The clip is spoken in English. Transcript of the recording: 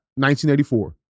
1984